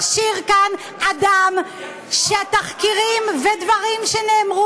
אתה מכשיר כאן אדם שהתחקירים ודברים שנאמרו,